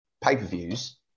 pay-per-views